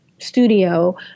studio